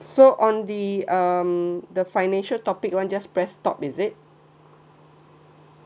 so on the um the financial topic one just press stop is it